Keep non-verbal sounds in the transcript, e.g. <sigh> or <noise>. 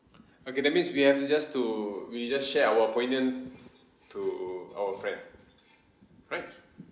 <breath> okay that means we have to just to we just share our opinion to our friend right